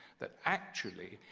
that actually,